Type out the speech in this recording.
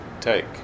take